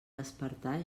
despertar